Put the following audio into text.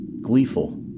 gleeful